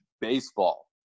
baseball